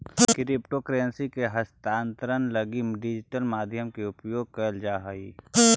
crypto currency के हस्तांतरण लगी डिजिटल माध्यम के उपयोग कैल जा हइ